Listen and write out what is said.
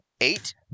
eight